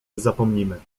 zapomnimy